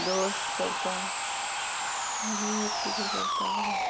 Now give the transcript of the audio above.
दोस करता आनी एक कितें करता गो बाये